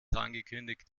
angekündigt